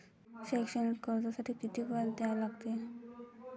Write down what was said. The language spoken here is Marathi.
शैक्षणिक कर्जासाठी किती व्याज द्या लागते?